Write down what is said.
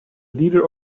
leader